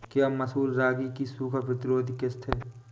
क्या मसूर रागी की सूखा प्रतिरोध किश्त है?